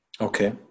Okay